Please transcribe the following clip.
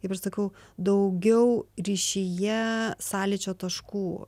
kaip aš sakau daugiau ryšyje sąlyčio taškų